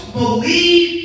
believe